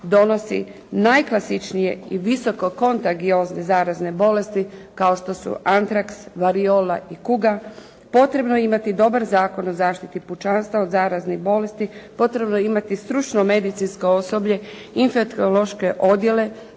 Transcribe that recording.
donosi najklasičnije i visokokontagiozne zarazne bolesti kao što su antraks, variola i kuga, potrebno je imati dobar Zakon o zaštiti pučanstva od zaraznih bolesti, potrebno je imati stručno medicinsko osoblje, infektiološke odjele